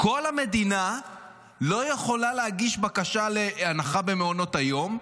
כל המדינה לא יכולה להגיש בקשה להנחה במעונות היום,